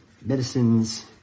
medicines